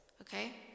okay